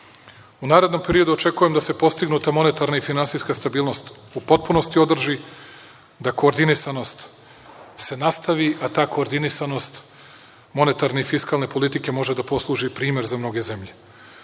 narednom periodu očekujem da se postignuta monetarna i finansijska stabilnost u potpunosti održi, da koordinisanost se nastavi, a ta koordinisanost monetarne i fiskalne politike može da posluži i kao primer za mnoge zemlje.U